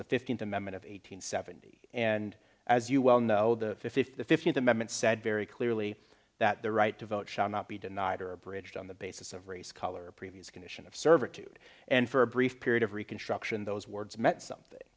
the fifteenth amendment of eight hundred seventy and as you well know the fifteenth amendment said very clearly that the right to vote shall not be denied or abridged on the basis of race color or previous condition of servitude and for a brief period of reconstruction those words meant something